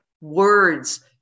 words